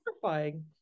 terrifying